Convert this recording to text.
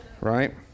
Right